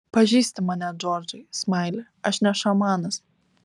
pažįsti mane džordžai smaili aš ne šamanas